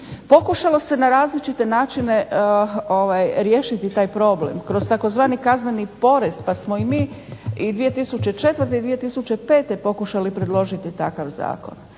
Pokušalo se na različite načine riješiti taj problem kroz tzv. kazneni porez pa smo i mi i 2004. i 2005. pokušali predložiti takav zakona.